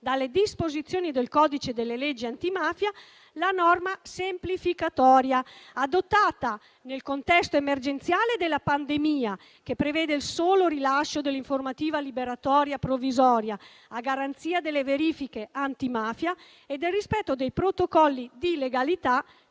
dalle disposizioni del codice delle leggi antimafia, la norma semplificatoria adottata nel contesto emergenziale della pandemia, che prevede il solo rilascio dell'informativa liberatoria provvisoria a garanzia delle verifiche antimafia e del rispetto dei protocolli di legalità